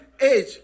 age